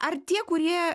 ar tie kurie